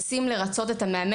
הם רוצים לרצות את המאמן,